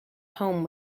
home